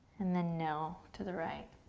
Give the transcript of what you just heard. and then no, to the right,